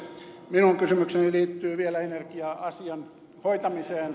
minun kysymykseni liittyy vielä energia asian hoitamiseen